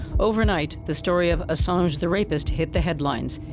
overnight, the story of assange the rapist hit the headlines.